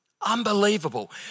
Unbelievable